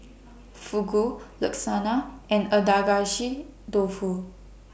Fugu Lasagna and Agedashi Dofu